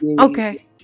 Okay